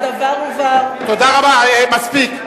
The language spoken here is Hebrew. מספיק.